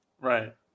Right